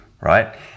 Right